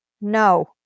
No